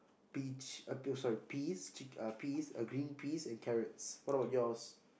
peach uh p~ sorry peas chick uh peas agree peas and carrots what about yours